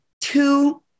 two